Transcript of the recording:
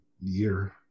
year